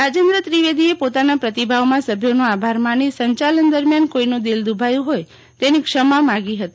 રાજેન્દ્ર ત્રિવેદીએ પોતાના પ્રતિભાવમાં સભ્યોનો આભાર માની સંશાલન દરમ્યાન કોઇનું દીલ દુભાયુ હોય તેની ક્ષમા માગી હતી